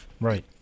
Right